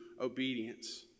obedience